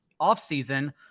offseason